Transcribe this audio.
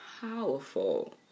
powerful